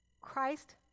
Christ